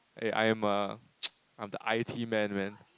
eh I am a I'm the i_t man man